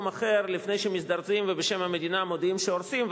אחר לפני שמזדרזים ובשם המדינה מודיעים שהורסים,